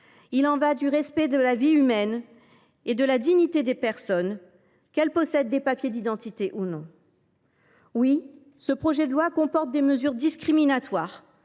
Il y va du respect de la vie humaine et de la dignité des personnes, qu’elles possèdent des papiers d’identité ou non. Oui, ce projet de loi comporte des mesures discriminatoires